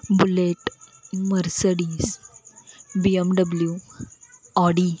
bullet Mercedes BMW Audi